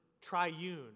triune